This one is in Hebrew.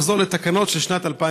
לחזור לתקנות של שנת 2012?